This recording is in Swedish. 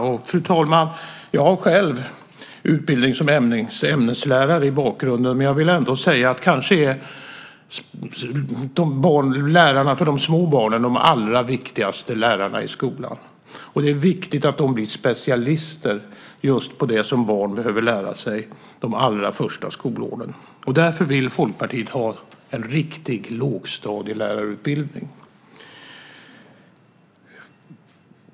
Jag har själv, fru talman, en utbildning som ämneslärare i bakgrunden, men jag vill ändå säga att lärarna för de små barnen kanske är de allra viktigaste lärarna i skolan. Det är viktigt att de blir specialister just på det som barn behöver lära sig de allra första skolåren. Därför vill Folkpartiet ha en riktig lågstadielärarutbildning.